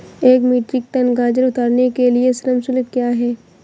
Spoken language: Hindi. एक मीट्रिक टन गाजर उतारने के लिए श्रम शुल्क क्या है?